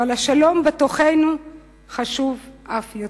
אבל השלום בתוכנו חשוב אף יותר.